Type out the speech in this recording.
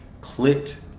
clicked